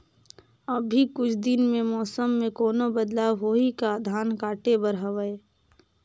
अभी कुछ दिन मे मौसम मे कोनो बदलाव होही का? धान काटे बर हवय?